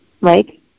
Mike